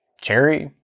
cherry